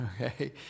okay